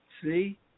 See